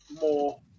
more